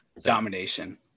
domination